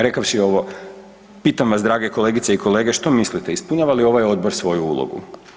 Rekavši ovo, pitam vas drage kolegice i kolege, što mislite, ispunjava li ovaj odbor svoju ulogu?